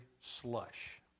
slush